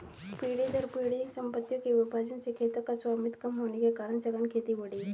पीढ़ी दर पीढ़ी सम्पत्तियों के विभाजन से खेतों का स्वामित्व कम होने के कारण सघन खेती बढ़ी है